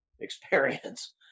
experience